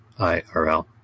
irl